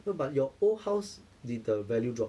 no but your old house did the value drop